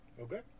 Okay